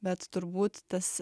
bet turbūt tas